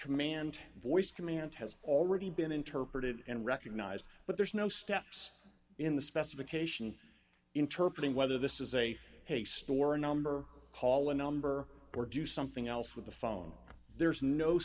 command voice command has already been interpreted and recognized but there's no steps in the specification interpret whether this is a haste or a number call a number or do something else with the phone there's no